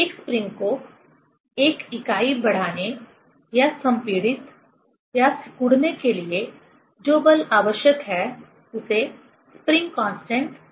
एक स्प्रिंग को एक इकाई बढ़ाने या संपीड़ित या सिकुड़ने के लिए जो बल आवश्यक है उसे स्प्रिंग कांस्टेंट कहते हैं